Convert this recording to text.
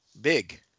big